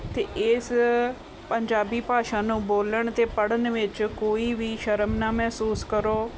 ਅਤੇ ਇਸ ਪੰਜਾਬੀ ਭਾਸ਼ਾ ਨੂੰ ਬੋਲਣ ਅਤੇ ਪੜ੍ਹਨ ਵਿੱਚ ਕੋਈ ਵੀ ਸ਼ਰਮ ਨਾ ਮਹਿਸੂਸ ਕਰੋ